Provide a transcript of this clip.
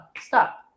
stop